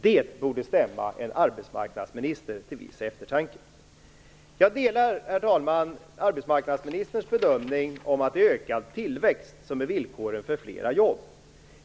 Det borde stämma en arbetsmarknadsminister till viss eftertanke. Herr talman! Jag delar arbetsmarknadsministerns bedömning om att det är ökad tillväxt som är villkoret för flera jobb.